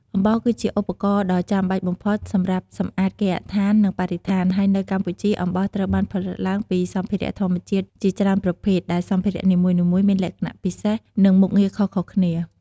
អំបោស គឺជាឧបករណ៍ដ៏ចាំបាច់បំផុតសម្រាប់សម្អាតគេហដ្ឋាន និងបរិស្ថាន ហើយនៅកម្ពុជា អំបោសត្រូវបានផលិតឡើងពីសម្ភារៈធម្មជាតិជាច្រើនប្រភេទ ដែលសម្ភារៈនីមួយៗមានលក្ខណៈពិសេស និងមុខងារខុសៗគ្នា។